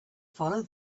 follow